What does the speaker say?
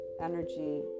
energy